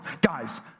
Guys